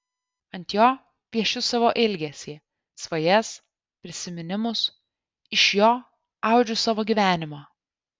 ant jo piešiu savo ilgesį svajas prisiminimus iš jo audžiu savo gyvenimą